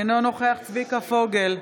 אינו נוכח צביקה פוגל,